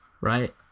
right